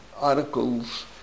articles